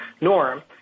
norm